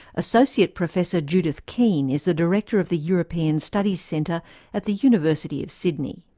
associate professor judith keene is the director of the european studies centre at the university of sydney.